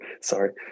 Sorry